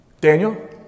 Daniel